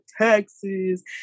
taxes